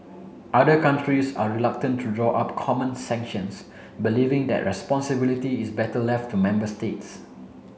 other countries are reluctant to draw up common sanctions believing that responsibility is better left to member states